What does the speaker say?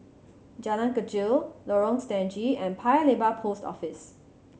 Jalan Kechil Lorong Stangee and Paya Lebar Post Office